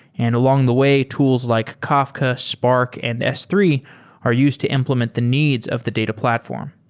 and along the way tools like kafka, spark and s three are used to implement the needs of the data platform,